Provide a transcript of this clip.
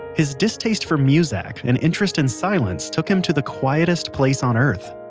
his distaste for musak and interest in silence took him to the quietest place on earth.